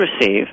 receive